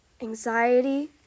anxiety